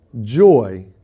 Joy